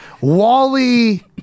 Wally